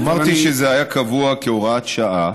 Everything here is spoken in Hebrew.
אמרתי שזה היה קבוע כהוראת שעה,